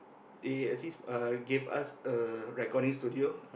they actually s~ uh gave us a recording studio